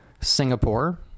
Singapore